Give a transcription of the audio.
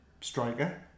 striker